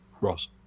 Ross